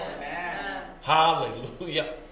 Hallelujah